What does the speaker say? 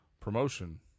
promotion